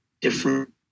different